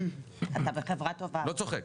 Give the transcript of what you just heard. אני לא צוחק.